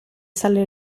sale